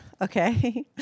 Okay